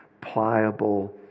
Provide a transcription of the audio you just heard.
pliable